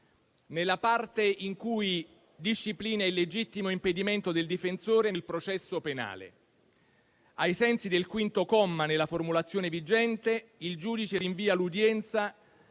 nella parte in cui disciplina il legittimo impedimento del difensore nel processo penale. Ai sensi del quinto comma nella formulazione vigente il giudice rinvia l'udienza